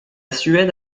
suède